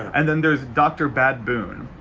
and then there's dr. bad-boon.